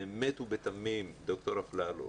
באמת ובתמים, דוקטור אפללו,